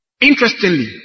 Interestingly